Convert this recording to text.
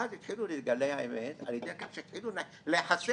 ואז התחילה להתגלות האמת על ידי כך שהתחילו להיחשף